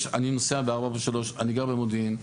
אני גר במודיעין.